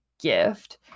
gift